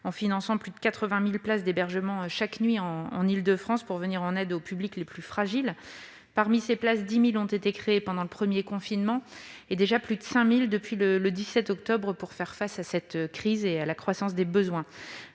finance plus de 80 000 places d'hébergement, chaque nuit, en Île-de-France, pour venir en aide aux publics les plus fragiles. Parmi ces places, 10 000 ont été créées pendant le premier confinement et déjà plus de 5 000 depuis le 17 octobre, pour faire face à la croissance des besoins.